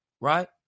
Right